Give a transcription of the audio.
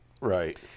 Right